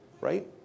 Right